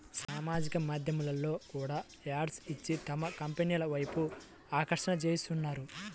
సామాజిక మాధ్యమాల్లో కూడా యాడ్స్ ఇచ్చి తమ కంపెనీల వైపు ఆకర్షింపజేసుకుంటున్నారు